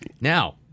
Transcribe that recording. Now